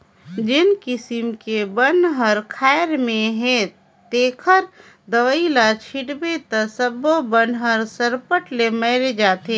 जेन किसम के बन हर खायर में हे तेखर दवई ल छिटबे त सब्बो बन हर सरपट ले मर जाथे